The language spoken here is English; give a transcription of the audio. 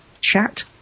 chat